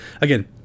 again